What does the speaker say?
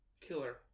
Killer